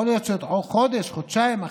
יכול להיות שאחרי שנעבור חודש או חודשיים,